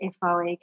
FOE